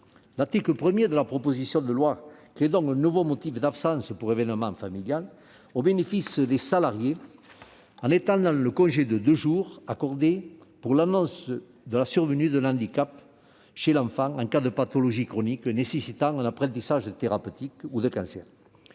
L'article 1 de la proposition de loi crée donc un nouveau motif d'absence pour événement familial au bénéfice des salariés en étendant le congé de deux jours accordé pour l'annonce de la survenue d'un handicap chez l'enfant aux cas de pathologie chronique nécessitant un apprentissage thérapeutique ou d'un cancer.